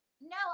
no